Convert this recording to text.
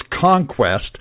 conquest